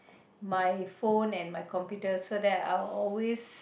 my phone and my computer so that I always